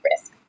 risk